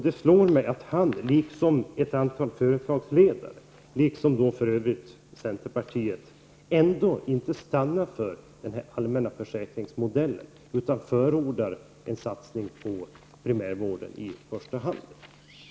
Det slår mig att han liksom ett antal företagsledare och för övrigt centerpartiet ändå inte stannar för den allmänna försäkringsmodellen utan förordar en satsning på primärvården i första hand.